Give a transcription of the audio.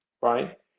right